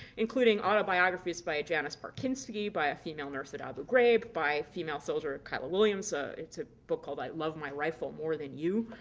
including autobiographies by janis karpinski, by a female nurse at abu ghraib, by female soldier kyla williams so it's a book called i love my rifle more than you,